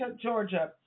Georgia